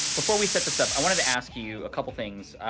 before we set this up i wanted to ask you a couple things.